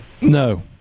No